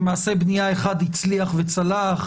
מעשה בנייה אחד הצליח וצלח,